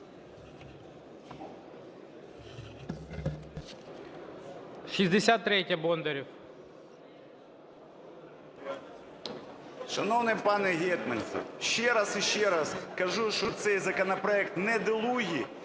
Шановний пане Гетманцев, ще раз і ще раз кажу, що цей законопроект недолугий